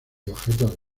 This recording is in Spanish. objetos